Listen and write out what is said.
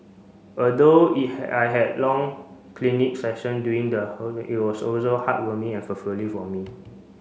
although I have long clinic session during it was also heartwarming and fulfilling for me